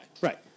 right